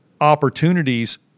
opportunities